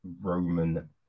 Roman